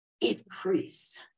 increase